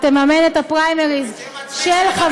תממן את הפריימריז של,